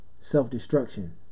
Self-Destruction